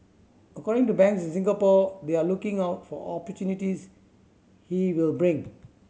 according to banks in Singapore they are looking out for opportunities he will bring